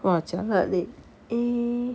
!wah! jialat leh eh